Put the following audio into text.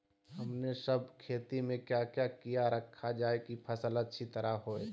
हमने सब खेती में क्या क्या किया रखा जाए की फसल अच्छी तरह होई?